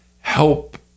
help